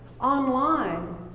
online